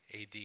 AD